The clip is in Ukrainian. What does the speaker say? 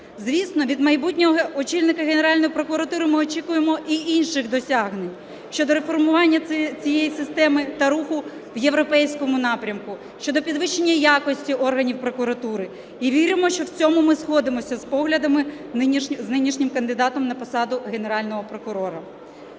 Звісно, від майбутнього очільника Генеральної прокуратури ми очікуємо і інших досягнень: щодо реформування цієї системи та руху в європейському напрямку, щодо підвищення якості органів прокуратури. І віримо, що в цьому ми сходимося поглядами з нинішнім кандидатом на посаду Генерального прокурора.